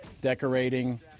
decorating